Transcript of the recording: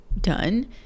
done